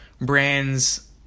brands